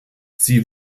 sie